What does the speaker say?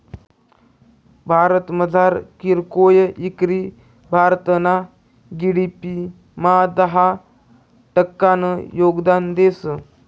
भारतमझार कीरकोय इकरी भारतना जी.डी.पी मा दहा टक्कानं योगदान देस